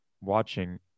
watching